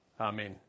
Amen